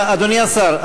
אדוני השר,